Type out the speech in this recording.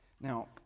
Now